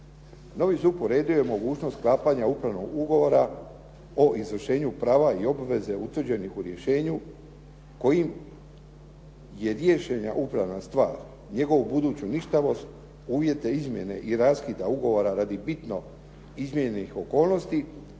Novi ZUP uredio je mogućnost sklapanja upravnog ugovora o izvršenju prava i obveze utvrđenih u rješenju kojim je riješena upravna stvar, njegovu buduću ništavost, uvjete izmjene i raskida ugovora radi bitno izmijenjenih okolnosti,